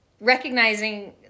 recognizing